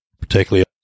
Particularly